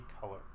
color